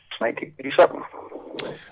1987